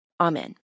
Amen